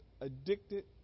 addicted